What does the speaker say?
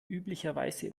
üblicherweise